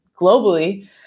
globally